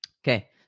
Okay